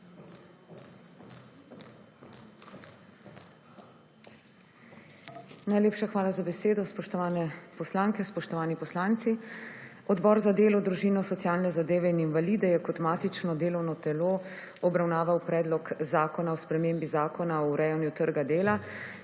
Najlepša hvala za besedo. Spoštovane poslanke, spoštovani poslanci! Odbor za delo, družino, socialne zadeve in invalide je kot matično delovno telo obravnaval Predlog zakona o spremembi Zakona o urejanju trga dela,